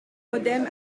modem